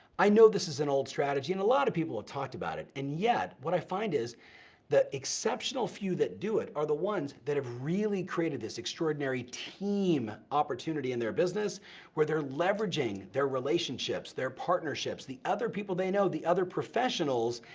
i know this is an old strategy, and a lotta people have talked about it, and yet, what i find is the exceptional few that do it are the ones that've really created this extraordinary team opportunity in their business where they're leveraging their relationships, their partnerships, the other people they know, the other professionals,